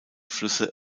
flüsse